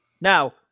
Now